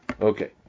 Okay